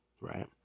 right